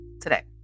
Today